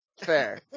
Fair